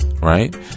Right